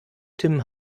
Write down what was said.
tim